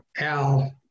Al